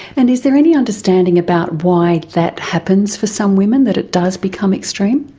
and is there any understanding about why that happens for some women, that it does become extreme?